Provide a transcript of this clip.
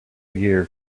year